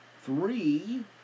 Three